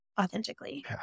authentically